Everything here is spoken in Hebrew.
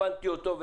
הבנתי אותו,